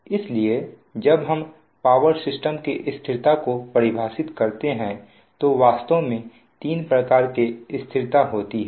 इसलिए जब हम पावर सिस्टम की स्थिरता को परिभाषित करते हैं तो वास्तव में तीन प्रकार की स्थिरता होती है